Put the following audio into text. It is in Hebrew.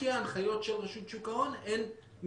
כי ההנחיות של רשות שוק הן מספקות.